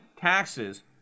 taxes